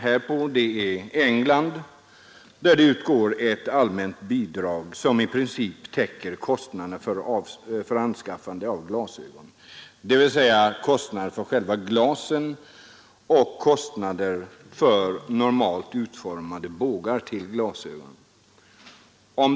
I England utgår ett allmänt bidrag, som i princip täcker kostnaderna för anskaffande av glasögon, dvs. kostnaden för själva glasen och kostnaden för normalt utformade bågar till glasögonen.